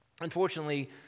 Unfortunately